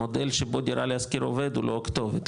המודל שבו דירה להשכיר עובד הוא לא הכתובת,